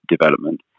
development